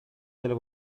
della